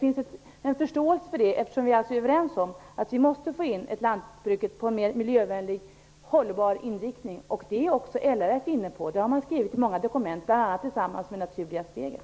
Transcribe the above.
Vi är ju överens om att vi måste få in lantbruket i en mera hållbar, miljövänlig inriktning. Det är också LRF inne på. Det har man skrivit i många dokument, bl.a. tillsammans med Det naturliga steget.